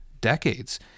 decades